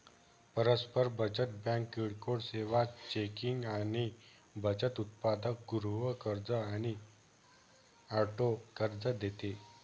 परस्पर बचत बँक किरकोळ सेवा, चेकिंग आणि बचत उत्पादन, गृह कर्ज आणि ऑटो कर्ज देते